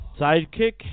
Sidekick